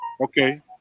Okay